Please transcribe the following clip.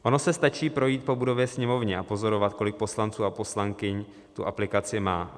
Ono se stačí projít po budově Sněmovny a pozorovat, kolik poslanců a poslankyň tu aplikaci má.